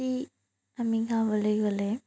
কি আমি গাবলে গ'লে